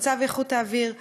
במצב איכות האוויר.